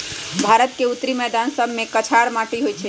भारत के उत्तरी मैदान सभमें कछार माटि होइ छइ